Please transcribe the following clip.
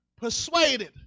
persuaded